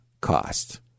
cost